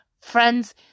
friends